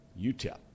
utep